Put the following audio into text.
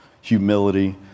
humility